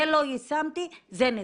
זה לא יישמתי, זה נדחה.